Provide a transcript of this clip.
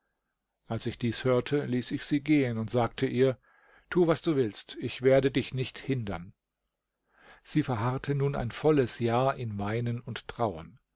als ich dies hörte ließ ich sie gehen und sagte ihr tu was du willst ich werde dich nicht hindern sie verharrte nun ein volles jahr in weinen und trauern